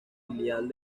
filial